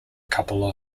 couple